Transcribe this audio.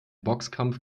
boxkampf